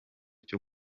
cyo